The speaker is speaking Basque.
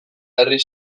herri